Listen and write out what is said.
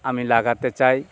আমি লাগাতে চাই